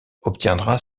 obtiendra